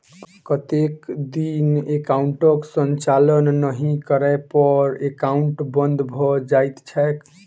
कतेक दिन एकाउंटक संचालन नहि करै पर एकाउन्ट बन्द भऽ जाइत छैक?